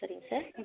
சரிங்க சார் ம்